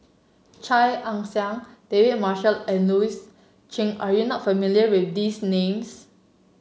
Chia Ann Siang David Marshall and Louis Chen are you not familiar with these names